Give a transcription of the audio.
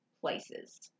places